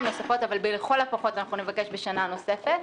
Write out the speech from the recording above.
נוספות אבל לכל הפחות נבקש בשנה נוספת.